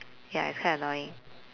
ya it's kind of annoying